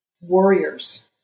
warriors